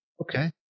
Okay